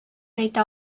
әйтә